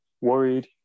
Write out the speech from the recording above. worried